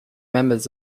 members